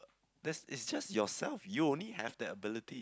that's it's just yourself you only have that ability